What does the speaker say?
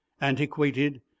antiquated